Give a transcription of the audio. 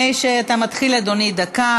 דקה.